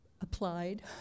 applied